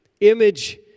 image